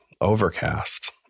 Overcast